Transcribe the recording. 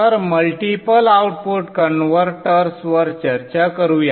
तर multiple output कन्व्हर्टर्सवर चर्चा करूया